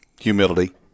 Humility